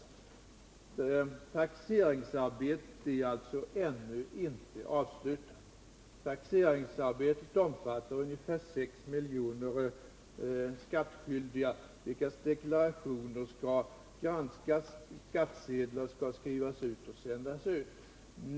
Taxeringsarbetet är alltså inte avslutat ännu. Det omfattar ungefär sex miljoner skattskyldiga, vilkas deklarationer skall granskas och för vilka skattsedlar skall skrivas och sändas ut.